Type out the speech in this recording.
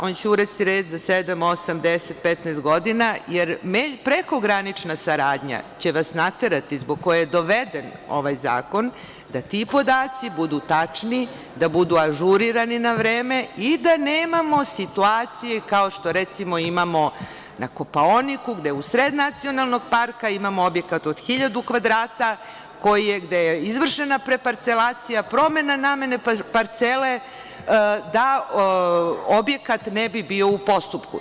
On će uvesti red za sedam, osam, deset, petnaest godina, jer prekogranična saradnja će vas naterati zbog koje je doveden ovaj zakon da ti podaci budu tačni, da budu ažurirani na vreme i da nemamo situacije, kao što, recimo imamo na Kopaoniku, gde u sred nacionalnog parka imamo objekat od hiljadu kvadrata, gde je izvršena preparcelacija, promena namena parcele, da objekat ne bi bio u postupku.